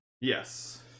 Yes